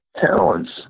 talents